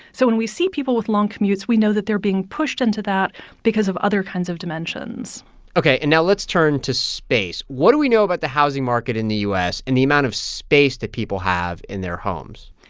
so when we see people with long commutes, we know that they're being pushed into that because of other kinds of dimensions ok. and now let's turn to space. what do we know about the housing market in the u s. and the amount of space that people have in their homes?